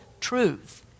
truth